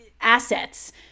assets